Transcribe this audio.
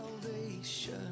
salvation